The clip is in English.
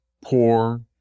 poor